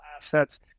assets